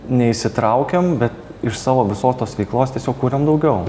neįsitraukiam bet iš savo visos tos veiklos tiesiog kuriam daugiau